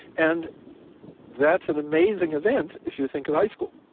and that's an amazing event if you think of high school.